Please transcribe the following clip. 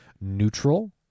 neutral